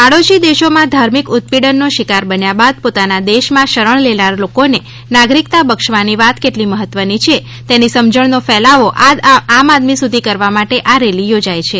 પાડોશી દેશો માં ધાર્મિક ઉત્પીડન નો શિકાર બન્યા બાદ પોતાના દેશ માં શરણ લેનાર લોકો ને નાગરિકતા બક્ષવાની વાત કેટલી મહત્વ ની છે તેની સમજણનો ફેલાવો આમઆદમી સુધી કરવા માટે આ રેલી યોજાઇ છે